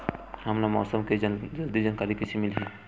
हमला मौसम के जल्दी जानकारी कइसे मिलही?